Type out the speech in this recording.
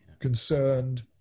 concerned